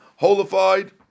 holified